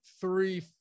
three